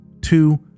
two